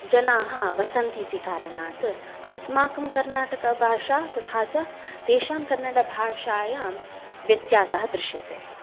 जनाः वसन्तीति कारणात् अस्माकं कर्णाटकभाषा तथा च तेषां कन्नडभाषायां व्यत्यासः दृश्यते